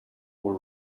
for